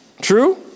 True